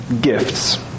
gifts